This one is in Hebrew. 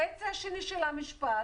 החצי השני של המשפט,